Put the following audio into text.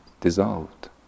dissolved